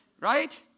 Right